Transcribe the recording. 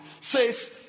says